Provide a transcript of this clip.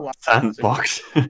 Sandbox